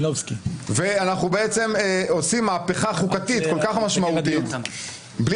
ואנחנו בעצם עושים מהפכה חוקתית כל כך משמעותית בלי